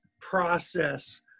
process